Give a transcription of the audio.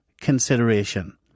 consideration